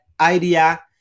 idea